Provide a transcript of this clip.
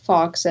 Fox